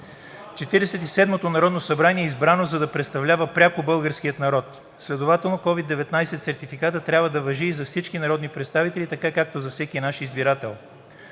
седмото народно събрание е избрано, за да представлява пряко българския народ. Следователно COVID-19 сертификатът трябва да важи и за всички народни представители, така както за всеки наш избирател.